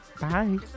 Bye